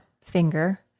finger